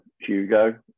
Hugo